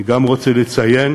אני גם רוצה לציין